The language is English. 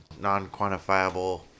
non-quantifiable